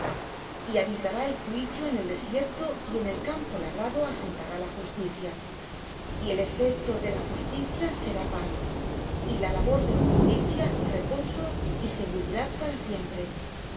y habitará el juicio en el desierto y en el campo labrado asentará la justicia y el efecto de la justicia será paz y la labor de justicia reposo y seguridad para siempre